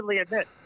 admit